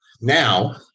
now